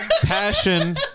Passion